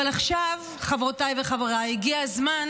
אבל עכשיו, חברותיי וחבריי, הגיע הזמן,